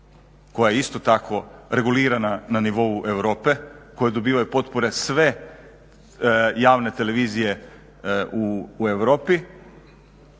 koja isto tako regulirana na nivou Europe, koji dobivaju potpore sve javne televizije u Europi.